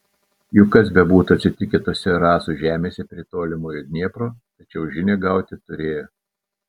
juk kas bebūtų atsitikę tose rasų žemėse prie tolimojo dniepro tačiau žinią gauti turėjo